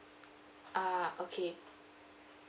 ah okay